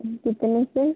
कितने से